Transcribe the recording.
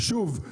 שוב,